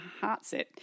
heartset